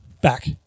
Back